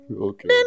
Okay